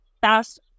fast